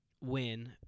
win